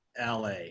LA